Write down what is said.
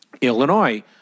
Illinois